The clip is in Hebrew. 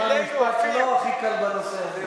נאמר משפט לא הכי קל בנושא הזה.